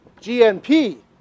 GNP